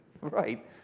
Right